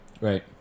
Right